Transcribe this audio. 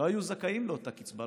הם לא היו זכאים לאותה קצבה.